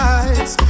eyes